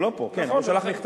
הוא לא פה, כן, הוא שלח מכתב.